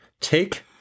take